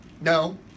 No